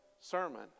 sermon